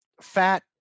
fat